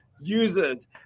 users